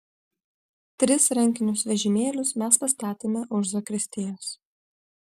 tris rankinius vežimėlius mes pastatėme už zakristijos